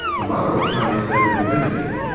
a lot of what kanye said would be vindicated.